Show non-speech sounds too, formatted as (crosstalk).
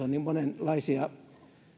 (unintelligible) on niin monenlaisia